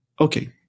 Okay